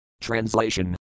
Translation